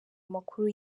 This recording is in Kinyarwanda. amakuru